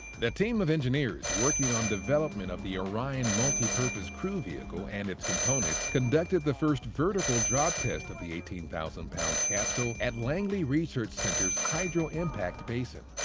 the team of engineers working on development of the orion multi-purpose crew vehicle and its components conducted the first vertical drop test of the eighteen thousand pound capsule at langley research center's hydro impact basin.